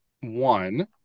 one